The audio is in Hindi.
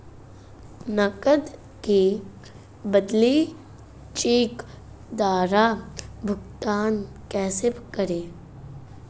नकद के बदले चेक द्वारा भुगतान कैसे करें?